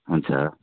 हुन्छ